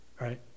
right